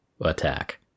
attack